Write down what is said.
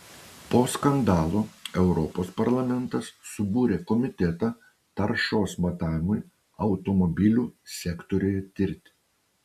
po skandalo europos parlamentas subūrė komitetą taršos matavimui automobilių sektoriuje tirti